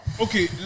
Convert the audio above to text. okay